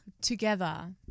Together